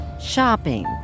shopping